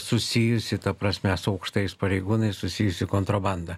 susijusi ta prasme su aukštais pareigūnais susijusi kontrabanda